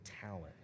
talent